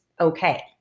okay